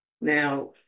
Now